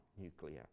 nuclear